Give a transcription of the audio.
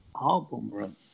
album